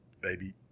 baby